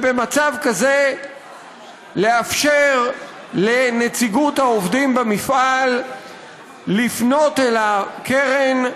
ובמצב כזה לאפשר לנציגות העובדים במפעל לפנות אל הקרן,